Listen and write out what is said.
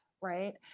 right